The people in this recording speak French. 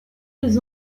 les